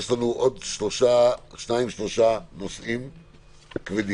יש לנו עוד שניים-שלושה נושאים כבדים.